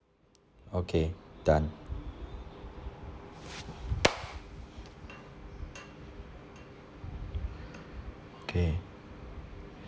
okay done okay